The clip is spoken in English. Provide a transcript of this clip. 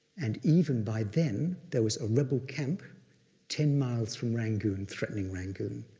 and even by then there was a rebel camp ten miles from rangoon threatening rangoon.